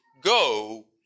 go